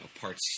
parts